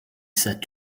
said